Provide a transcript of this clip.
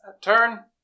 Turn